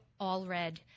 Allred